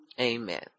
Amen